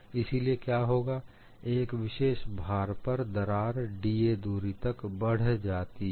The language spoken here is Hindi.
इसलिए क्या होगा एक विशेष भार पर दरार 'da'दूरी तक बढ़ जाती है